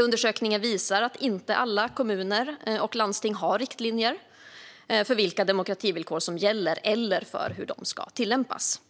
Undersökningen visar att inte alla kommuner och landsting har riktlinjer för vilka demokrativillkor som gäller eller för hur de ska tillämpas.